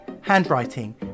handwriting